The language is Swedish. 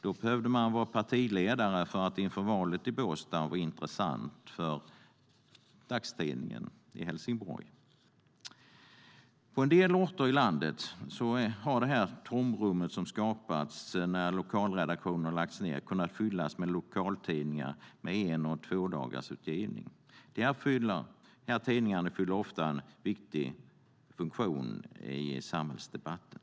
Då behövde man vara partiledare för att inför valet i Båstad vara intressant för dagstidningen i Helsingborg. På en del orter i landet har det tomrum som har skapats när lokalredaktioner har lagts ned kunnat fyllas med lokaltidningar med en och tvådagarsutgivning. Dessa tidningar fyller ofta en viktig funktion i samhällsdebatten.